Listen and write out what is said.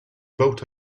built